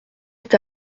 est